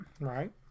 right